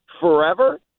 forever